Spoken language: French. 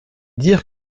dire